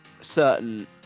certain